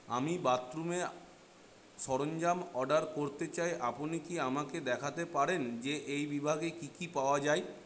আমি বাথরুমের সরঞ্জাম অর্ডার করতে চাই আপনি কি আমাকে দেখাতে পারেন যে এই বিভাগে কি কি পাওয়া যায়